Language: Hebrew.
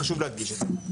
וחשוב להדגיש את זה.